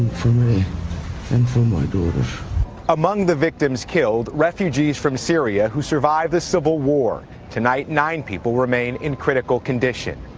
for me and for my daughter. reporter among the victims killed, refugees from syria who survived the civil war. tonight nine people remain in critical condition.